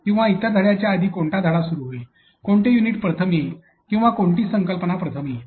किंवा इतर धड्याच्या आधी कोणता धडा सुरू होईल कोणते युनिट प्रथम येईल किंवा कोणती संकल्पना प्रथम येईल